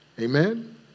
Amen